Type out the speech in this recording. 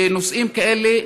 ושנושאים כאלה,